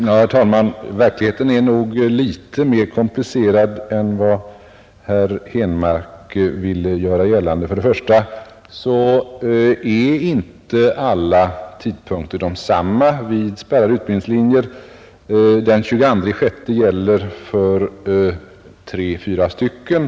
Herr talman! Verkligheten är nog litet mer komplicerad än vad herr Henmark vill göra gällande. Först och främst är inte tidpunkten densamma vid alla spärrade utbildningslinjer. Den 22 juni gäller för tre å fyra stycken.